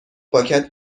پاکت